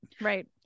Right